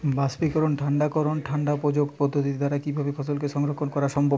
বাষ্পীকরন ঠান্ডা করণ ঠান্ডা প্রকোষ্ঠ পদ্ধতির দ্বারা কিভাবে ফসলকে সংরক্ষণ করা সম্ভব?